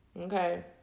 Okay